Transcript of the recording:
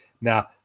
Now